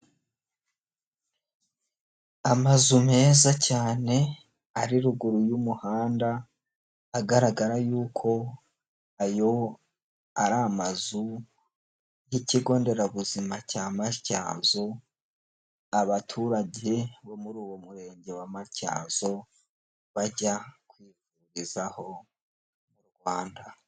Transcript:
Amazu meza cyane ari ruguru y'umuhanda agaragara yuko ayo ari amazu y'ikigo nderabuzima cya matyazo, abaturage bo muri uwo murenge wa matyazo bajya kwivurizaho mu rwanda.